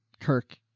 kirk